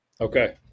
Okay